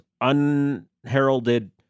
unheralded